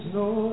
no